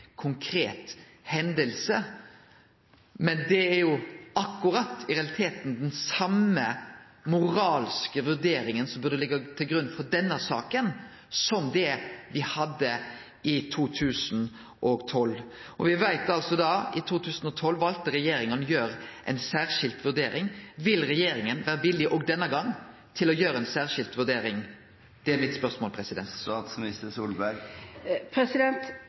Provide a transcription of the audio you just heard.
konkret hending, men det er i realiteten akkurat den same moralske vurderinga som burde liggje til grunn for denne saka som det gjorde i 2012. Me veit at i 2012 valde regjeringa å gjere ei særskild vurdering. Vil regjeringa vere villig òg denne gongen til å gjere ei særskild vurdering? Det er mitt spørsmål.